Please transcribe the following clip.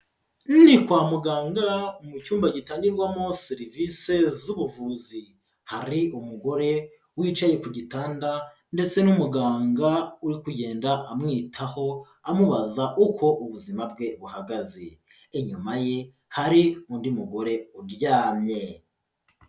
Ni kwa muganga, mu cyumba gitangirwamo serivise z'ubuvuzi. Hari umugore wicaye ku gitanda ndetse n'umuganga uri kugenda amwitaho, amubaza uko ubuzima bwe buhagaze. Inyuma ye, hari undi mugore uryamye.